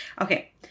Okay